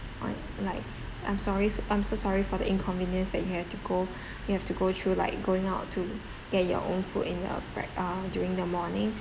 uh like I'm sorry s~ I'm so sorry for the inconvenience that you have to go you have to go through like going out to get your own food in the break~ uh during the morning